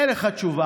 אין לך תשובה,